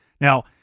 Now